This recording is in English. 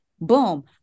Boom